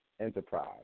enterprise